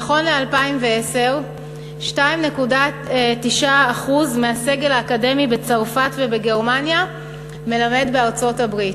נכון ל-2010 2.9% מהסגל האקדמי בצרפת ובגרמניה מלמד בארצות-הברית,